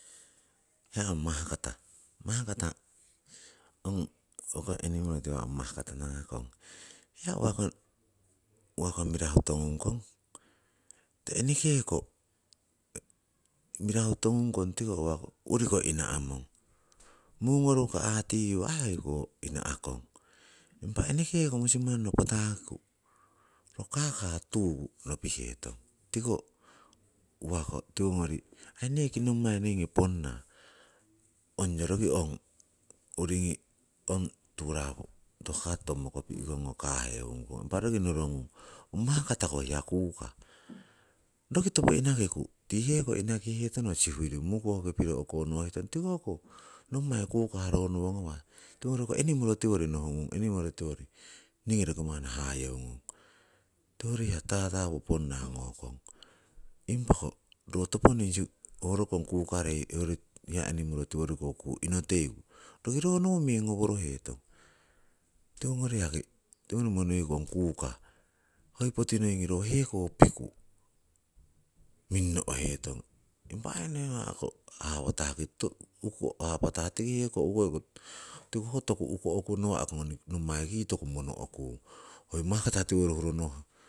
Hiya ong mahkata, mahkata ongkoh enimoro mahkata tangakong, hiya uwakoh mirahu tongung kong? Enekeko mirahu togungkong tikoh uwakoh urii koh ina'mong. Mungonoru koh aatiiyu hoiko ina'kong, impah enekeko musimannoh patakiku, ho kaka tukuh nopihetong tikoh uwakoh tiwongori aii neki nommai nei ponna ongo roki ong uringii ong turapu tohka totommo kopi'kong kahewungkong. Impah roki norongkung makatah ko hiya kukah, roki topo inakiku tii heko inahiketono sihuro mukoki piro o'konohetong, tiko hoko nommai ronowo ngawah. Tiwongori hoko enimoro tiwori nohungung, enimoro tiwori ningii roki manni hayeungong tiko tatapu ponna ngokong. Impako ro toponing su ho rokong kukarei hoyori enimoro tiworiko kuu inoteiku roki ronowo meng ngoworohetong. Tiwogori yaki nohung kong kukah, hoyori poti noi ro heko noh piku minno'hetong. Impa aii noi nawa'koh hapatahki to hapatah tiki heko ukoiku tiko ho toku uko'kung, nawa'ko nommaiki yii toku mono'kung hoi mahkata towori huro no'.